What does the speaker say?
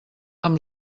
amb